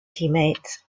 teammates